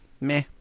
meh